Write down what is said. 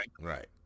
right